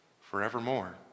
forevermore